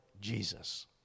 Jesus